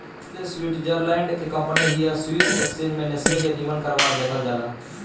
Nestle Switzerland के company हिय Swiss exchange में नेस्ले के निमन कारोबार देखल जाला